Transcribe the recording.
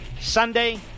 Sunday